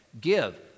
Give